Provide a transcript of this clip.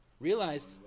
Realize